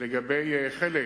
לגבי חלק